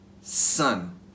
Son